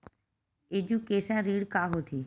Education ऋण का होथे?